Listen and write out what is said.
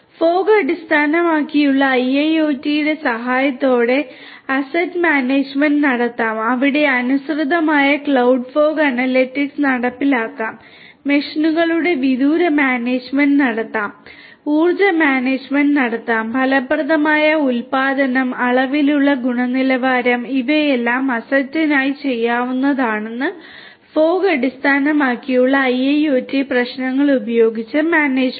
fog അടിസ്ഥാനമാക്കിയുള്ള IIoT ന്റെ സഹായത്തോടെ അസറ്റ് മാനേജ്മെന്റ് നടത്താം അവിടെ അനുസൃതമായ ക്ലൌഡ് ഫോഗ് അനലിറ്റിക്സ് നടപ്പിലാക്കാം മെഷീനുകളുടെ വിദൂര മാനേജ്മെന്റ് നടത്താം ഉർജ്ജ മാനേജ്മെന്റ് നടത്താം ഫലപ്രദമായ ഉത്പാദനം അളവിലുള്ള ഗുണനിലവാരം ഇവയെല്ലാം അസറ്റിനായി ചെയ്യാവുന്നതാണ് ഫോഗ് അടിസ്ഥാനമാക്കിയുള്ള IIoT പ്രശ്നങ്ങൾ ഉപയോഗിച്ച് മാനേജ്മെന്റ്